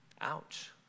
ouch